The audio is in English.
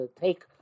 take